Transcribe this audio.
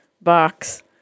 box